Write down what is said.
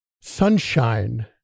sunshine